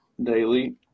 daily